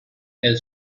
elle